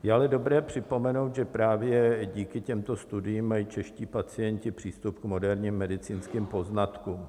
Je ale dobré připomenout, že právě díky těmto studiím mají čeští pacienti přístup k moderním medicínským poznatkům.